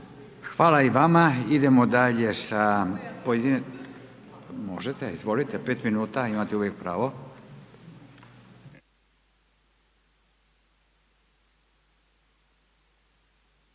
Hvala i vama. Idemo dalje sa pojedinačnim, možete, izvolite, 5 minuta, imate uvijek pravo.